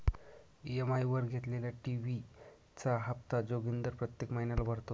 EMI वर घेतलेल्या TV चा हप्ता जोगिंदर प्रत्येक महिन्याला भरतो